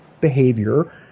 behavior